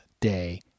day